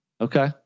Okay